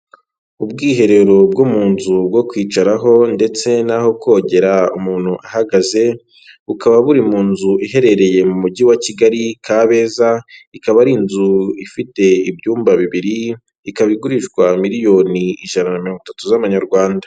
Ubwiherero bwo mu nzu bwo kwicaraho ndetse n'aho kogera umuntu ahahagaze, bukaba buri mu nzu iherereye mu mujyi wa Kigali Kabeza, ikaba ari inzu ifite ibyumba bibiri, ikaba igurishwa miliyoni ijana na mirongo itatu z'amanyarwanda.